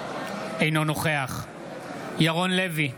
אינו נוכח ירון לוי,